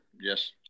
Yes